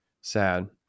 sad